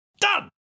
Done